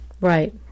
Right